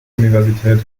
universität